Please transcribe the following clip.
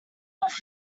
off